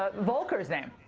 ah volker's name.